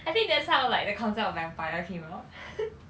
I think that's how like the concept of vampire came about